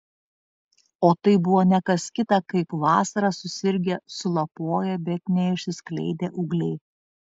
o tai buvo ne kas kita kaip vasarą susirgę sulapoję bet neišsiskleidę ūgliai